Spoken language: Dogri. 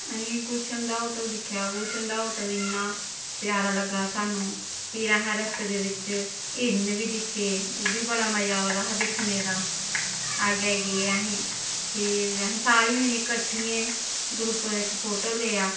में गुलशन दा होटल दिक्खेआ गुलशन दा होटल इन्ना प्यारा लग्गा सानूं फिर असें रस्ते दे बिच्च हिरण बी दिक्खे ओह् बी बड़ा मजा आवा दा हा दिक्खने दां अग्गें गे फिर असें सारे जनें कट्ठियें ग्रुप इक फोटो लेआ